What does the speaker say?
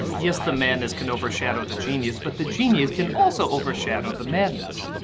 yes, the madness can overshadow the genius, but the genius can also overshadow the madness.